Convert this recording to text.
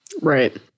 Right